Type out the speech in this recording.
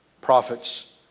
prophets